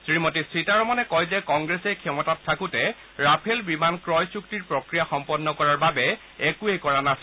শ্ৰীমতী সীতাৰমণে কয় যে কংগ্ৰেছে ক্ষমতাত থাকোতে ৰাফেল বিমান ক্ৰয় চুক্তিৰ প্ৰক্ৰিয়া সম্পন্ন কৰাৰ বাবে একোৱেই কৰা নাছিল